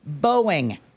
Boeing